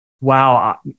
wow